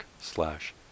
slash